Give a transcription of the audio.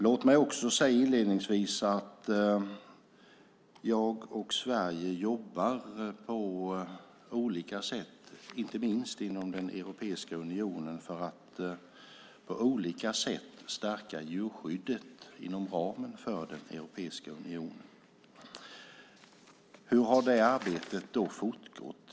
Låt mig också säga att jag och Sverige jobbar på olika sätt, inte minst inom Europeiska unionen, för att stärka djurskyddet inom ramen för Europeiska unionen. Hur har då det arbetet fortgått?